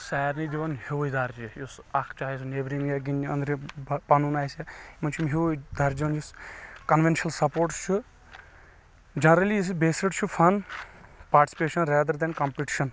سارِنےٕ دِوان ہیٚوٕے درجہٕ یُس اکھ چاہے سُہ نیٚبرِم یِیا گِنٛدنہِ أنٛدرِم پنُن آسہِ یِمن چھ ہیٚوٕے درجہٕ کنوینشل سپوٹ چھُ